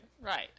Right